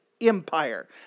Empire